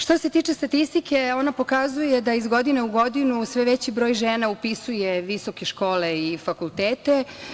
Što se tiče statistike, ona pokazuje da iz godine u godinu sve veći broj žena upisuje visoke škole i fakultete.